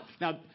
Now